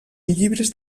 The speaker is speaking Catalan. llibres